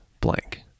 blank